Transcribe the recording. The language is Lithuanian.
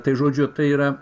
tai žodžiu tai yra